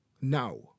now